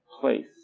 place